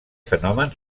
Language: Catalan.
fenomen